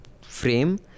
frame